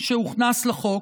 שהוכנס לחוק